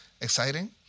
exciting